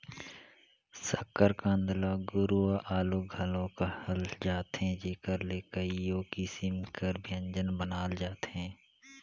सकरकंद ल गुरूवां आलू घलो कहल जाथे जेकर ले कइयो किसिम कर ब्यंजन बनाल जाथे